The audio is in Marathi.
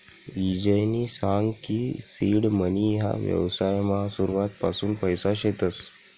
ईजयनी सांग की सीड मनी ह्या व्यवसायमा सुरुवातपासून पैसा शेतस